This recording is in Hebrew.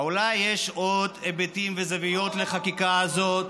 אולי יש עוד היבטים וזוויות לחקיקה הזאת?